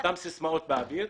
ונפסיק לזרוק סיסמאות לאוויר,